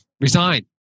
Resign